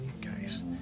Guys